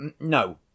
No